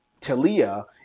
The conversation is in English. Talia